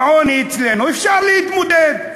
עם עוני אצלנו אפשר להתמודד,